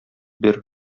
бир